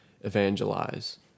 evangelize